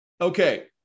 Okay